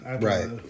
Right